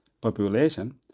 population